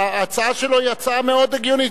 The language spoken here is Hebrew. ההצעה שלו היא הצעה מאוד הגיונית,